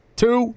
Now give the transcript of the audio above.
two